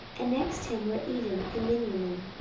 and next him were eden, and miniamin,